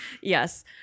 Yes